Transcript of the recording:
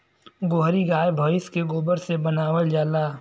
गोहरी गाय भइस के गोबर से बनावल जाला